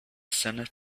senate